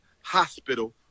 Hospital